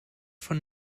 von